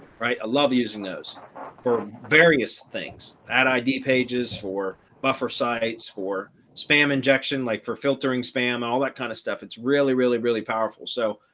right? i love using those for various things that id pages for buffer sites for spam injection like for filtering, spam, all that kind of stuff. it's really really, really powerful. so,